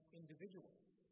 individuals